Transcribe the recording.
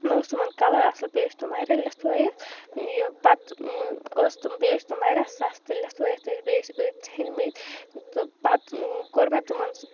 نہ اوس تِمَن کَلَر اصل بیٚیہ ٲسۍ تِم واریاہ لِتھوٲیِتھ یہِ پَتہٕ ٲس تِم بیٚیہِ ٲسۍ تِم واریاہ سَستہٕ لِتھوٲیِتھ ٲسۍ بیٚیہِ ٲسۍ أڈۍ ژھیٚنۍ مٕتۍ تہٕ پَتہٕ کوٚر مےٚ تِمَن سُہ